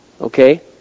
Okay